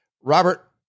Robert